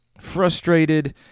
frustrated